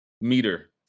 meter